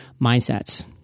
mindsets